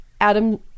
Adam